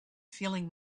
feeling